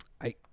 I